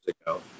ago